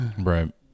Right